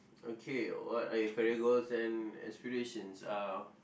okay what are your career goals and aspirations uh